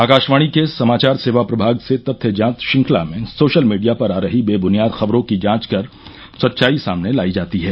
आकाशवाणी के समाचार सेवा प्रभाग से तथ्य जांच श्रंखला में सोशल मीडिया पर आ रही बेबनियाद खबरों की जांच कर सच्चाई सामने लायी जाती है